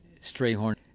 Strayhorn